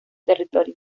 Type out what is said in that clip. territorio